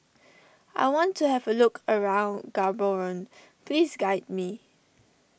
I want to have a look around Gaborone please guide me